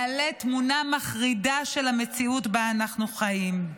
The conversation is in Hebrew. מעלה תמונה מחרידה של המציאות שבה אנחנו חיים.